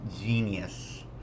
genius